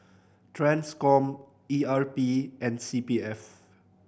Transcom E R P and C P F